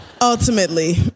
Ultimately